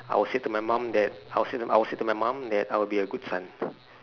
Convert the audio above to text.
I will say to my mum that I'll say I'll say to my mum that I'll be a good son